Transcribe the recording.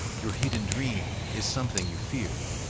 your hidden dream is something you fear.